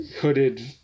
hooded